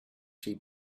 she